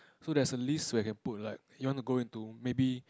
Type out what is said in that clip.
so there's a list where you can put like you want to go into maybe